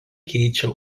keičia